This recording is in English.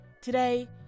Today